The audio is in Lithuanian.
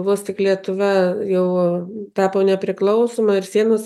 vos tik lietuva jau tapo nepriklausoma ir sienos